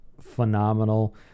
phenomenal